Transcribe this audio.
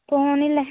పొనీలే